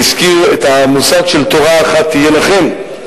והזכיר את המושג של "תורה אחת תהיה לכם",